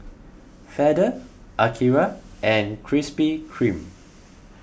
feather Akira and Krispy Kreme